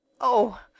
Oh